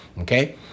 Okay